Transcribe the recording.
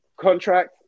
contract